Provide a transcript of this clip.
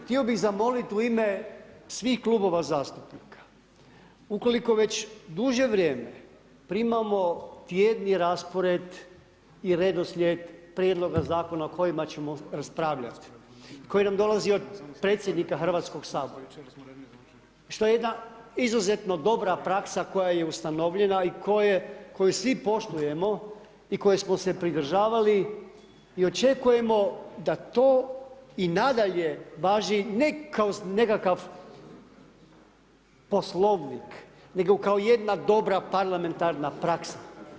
Htio bih zamoliti u ime svih klubova zastupnika ukoliko već duže vrijeme primamo tjedni raspored i redoslijed prijedloga Zakona o kojima ćemo raspravljati, koji nam dolazi od predsjednika HS-a, što je jedna izuzetno dobra praksa koja je ustanovljena i koju svi poštujemo i koje smo se pridržavali i očekujemo da to i nadalje važi, ne kao nekakav Poslovnik, nego kao jedna dobra parlamentarna praksa.